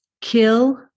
Kill